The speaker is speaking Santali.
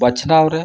ᱵᱟᱪᱷᱱᱟᱣᱨᱮ